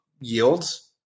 yields